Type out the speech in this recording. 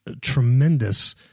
tremendous